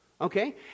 Okay